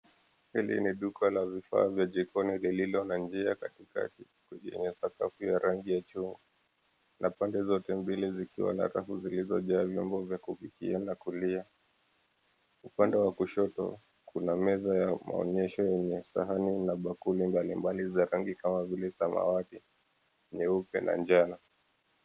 Hili ni duka la vifaa vya jikoni lililo na njia katikati yenye sakafu ya rangi ya chungwa na pande zote mbili zikiwa na rafu zilizojaa vyombo vya kupikia na kulia. Upande wa kushoto, kuna meza ya maonyesho yenye sahani na bakuli mbalimbali za rangi kama vile samawati, nyeupe na njano.